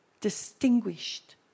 Distinguished